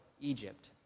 Egypt